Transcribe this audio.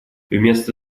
вместо